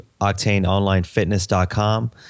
OctaneOnlineFitness.com